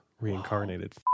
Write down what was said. reincarnated